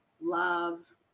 love